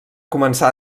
començar